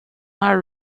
our